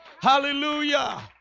Hallelujah